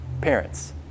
parents